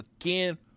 Again